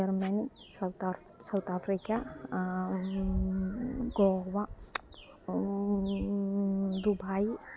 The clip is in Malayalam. ജെർമ്മൻ സൗത്താ ഫ് സൗത്ത് ആഫ്രിക്ക ഗോവ ദുബായ്